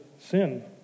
sin